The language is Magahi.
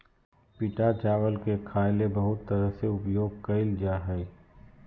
पिटा चावल के खाय ले बहुत तरह से उपयोग कइल जा हइ